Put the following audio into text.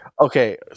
Okay